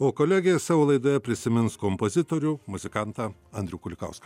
o kolegė savo laidoje prisimins kompozitorių muzikantą andrių kulikauską